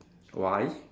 why